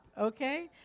okay